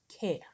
care